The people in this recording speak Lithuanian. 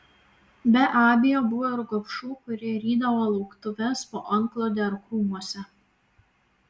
be abejo buvo ir gobšų kurie rydavo lauktuves po antklode ar krūmuose